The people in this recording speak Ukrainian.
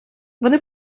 вони